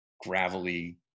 gravelly